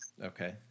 Okay